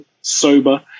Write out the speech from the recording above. sober